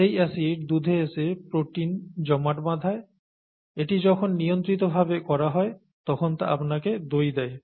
সেই অ্যাসিড দুধে এসে প্রোটিন জমাট বাঁধায় এটি যখন নিয়ন্ত্রিতভাবে করা হয় তখন তা আপনাকে দই দেয়